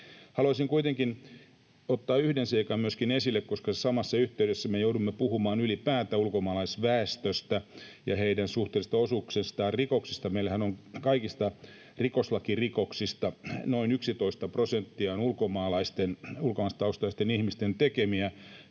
Haluaisin kuitenkin ottaa yhden seikan myöskin esille, koska samassa yhteydessä me joudumme puhumaan ylipäätään ulkomaalaisväestöstä ja heidän suhteellisista osuuksistaan rikoksista. Meillähän on kaikista rikoslakirikoksista noin 11 prosenttia ulkomaalaistaustaisten ihmisten tekemiä,